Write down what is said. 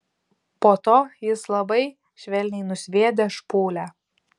po to jis labai švelniai nusviedė špūlę